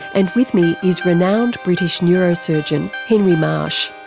and with me is renowned british neurosurgeon henry marsh.